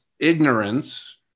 ignorance